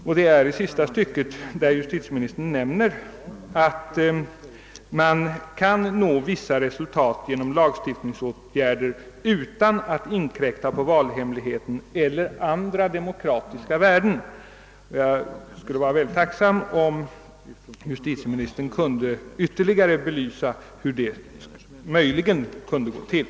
I det sista stycket säger justitieministern att »man kan nå vissa resultat genom lagftiftningsåtgärder utan att inkräkta på valhemligheten eller andra demokratiska värden». Jag skulle vara tacksam om justitieministern ytterligare kunde belysa hur detta möjligen kunde gå till.